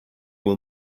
will